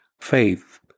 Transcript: faith